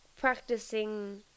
practicing